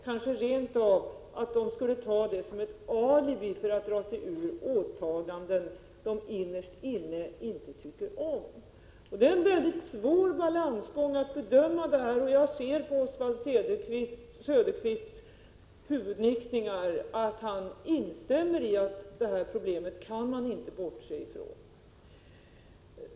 Kanske skulle de rent av ta det som ett alibi för att dra sig ur åtaganden som de innerst inne inte tycker om. Det är en svår balansgång att bedöma detta. Jag ser på Oswald Söderqvists nickningar att han instämmer i att man inte kan bortse från detta problem.